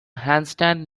handstand